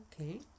Okay